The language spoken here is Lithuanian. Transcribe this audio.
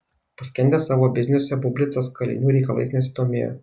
paskendęs savo bizniuose bublicas kalinių reikalais nesidomėjo